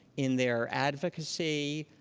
in their advocacy,